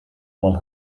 while